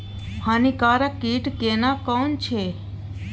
हानिकारक कीट केना कोन छै?